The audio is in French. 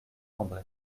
andré